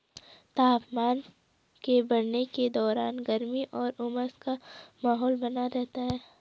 तापमान के बढ़ने के दौरान गर्मी और उमस का माहौल बना रहता है